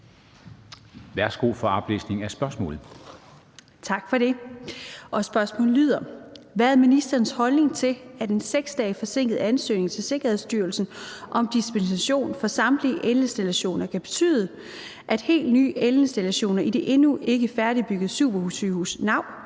Honoré Østergaard (V): Tak for det. Spørgsmålet lyder: Hvad er ministerens holdning til, at en 6 dage forsinket ansøgning til Sikkerhedsstyrelsen om dispensation for samtlige elinstallationer kan betyde, at helt nye elinstallationer i det endnu ikke færdigbyggede supersygehus NAU